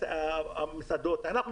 המסעדות וכולי.